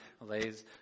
lays